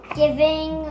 giving